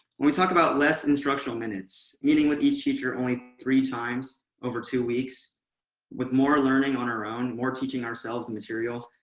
when we talk about less instructional minutes meeting with each teacher only three times over two weeks with more learning on our own, more teaching ourselves and materials,